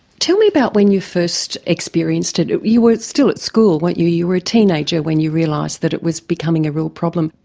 tell me about when you first experienced it. you were still at school weren't you, you were a teenager when you realised that it was becoming a real problem?